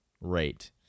rate